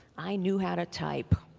i knew how to type.